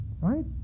Right